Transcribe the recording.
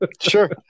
sure